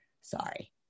sorry